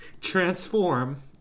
transform